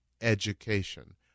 Education